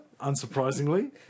unsurprisingly